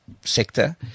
sector